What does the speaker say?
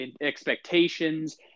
expectations